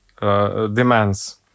demands